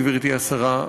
גברתי השרה,